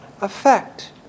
effect